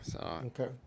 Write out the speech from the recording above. Okay